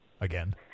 again